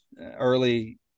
early